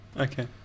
Okay